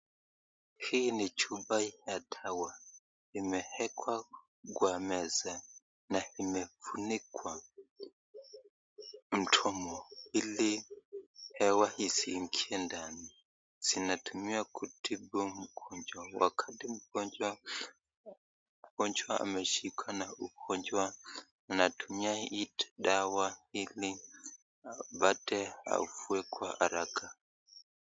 Hii ni chupa ya dawa, imewekwa kwa meza na imefunikwa mdomo ili hewa isiingie ndani. Zinatumiwa kutibu mgojwa, wakati mgonjwa ameshikwa na ugonjwa anatumia hii dawa ili apate afueni kwa haraka.